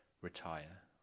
retire